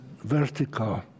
vertical